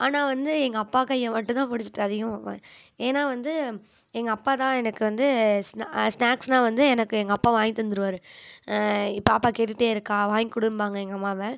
ஆனால் வந்து எங்கள் அப்பா கையை மட்டும்தான் பிடிச்சிட்டு அதிகமாக போவேன் ஏனால் வந்து எங்கள் அப்பாதான் எனக்கு வந்து ஸ்ன ஸ்னாக்ஸ்ன்னால் வந்து எனக்கு எங்கள் அப்பா வாங்கி தந்துடுவாரு பாப்பா கேட்டுகிட்டே இருக்காள் வாங்கிக்கொடும்பாங்க எங்கள் அம்மாவை